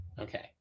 Okay